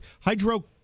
hydro